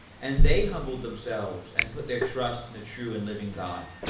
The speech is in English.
and they humbled themselves and put their trust in the true and living god.